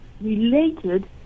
related